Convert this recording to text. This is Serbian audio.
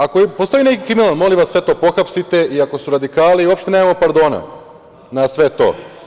Ako postoji neki kriminal, sve to molim vas pohapsite i ako su radikali uopšte nemamo pardona na sve to.